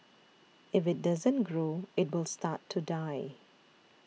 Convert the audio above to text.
if it doesn't grow it will start to die